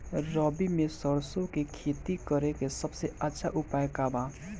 रबी में सरसो के खेती करे के सबसे अच्छा उपाय का बा?